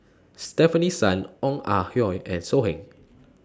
Stefanie Sun Ong Ah Hoi and So Heng